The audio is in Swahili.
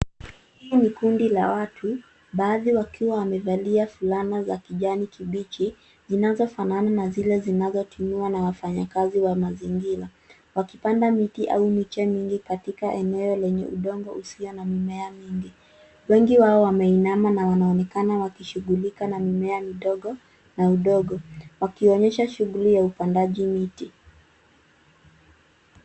Hilini kundi la watu, baadhi wakiwa wamevalia fulana za kijani kibichi, zinazofanana na zile zinazotumiwa na wafanyakazi wa mazingira, wakipanda miti au miche mingi katika eneo lenye udongo usio na mimea mingi. Wengi wao wameinama na wanaonekana wakishughulika na mimea midogo na udongo, wakionyesha shughuli ya upandaji miti.